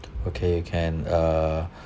okay can uh